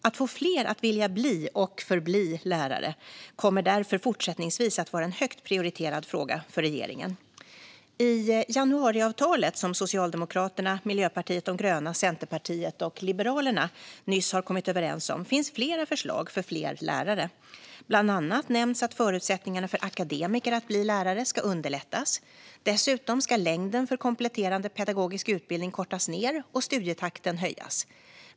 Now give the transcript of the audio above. Att få fler att vilja bli och förbli lärare kommer därför fortsättningsvis vara en högt prioriterad fråga för regeringen. I januariavtalet, som Socialdemokraterna, Miljöpartiet de gröna, Centerpartiet och Liberalerna nyss har kommit överens om, finns flera förslag för fler lärare. Bland annat nämns att förutsättningarna för akademiker att bli lärare ska underlättas. Dessutom ska längden för kompletterande pedagogisk utbildning kortas ned och studietakten höjas.